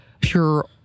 pure